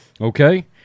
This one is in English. Okay